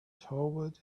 toward